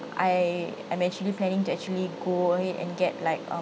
I am actually planning to actually go ahead and get like a